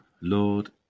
Lord